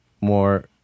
More